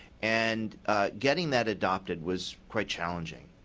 and getting that adopted was quite challenging.